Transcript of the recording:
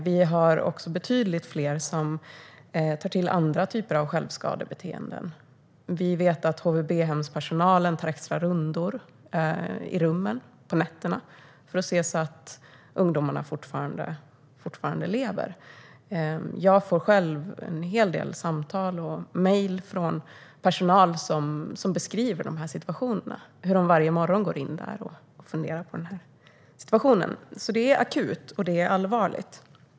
Det är också betydligt fler som tar till andra typer av självskadebeteende. Vi vet att HVB-hemspersonal tar extra rundor i rummen på nätterna för att se att ungdomarna fortfarande lever. Jag får själv en hel del samtal och mejl från personal som beskriver de här situationerna, hur de varje morgon går in och funderar på det här. Det är alltså akut, och det är allvarligt.